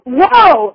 whoa